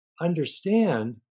understand